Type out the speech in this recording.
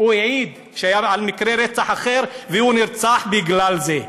הוא העיד על מקרה רצח אחר, והוא נרצח בגלל זה.